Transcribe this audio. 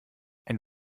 ein